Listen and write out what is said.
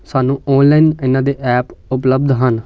ਸਾਨੂੰ ਔਨਲਾਈਨ ਇਹਨਾਂ ਦੇ ਐਪ ਉਪਲਬਧ ਹਨ